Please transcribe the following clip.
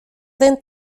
den